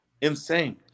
insane